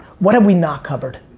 what have we not covered?